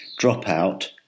dropout